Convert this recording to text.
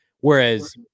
Whereas